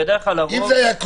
אם זה היה קודם,